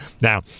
Now